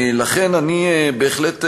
לכן אני בהחלט חושב,